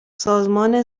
سازمان